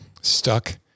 stuck